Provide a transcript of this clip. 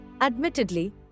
admittedly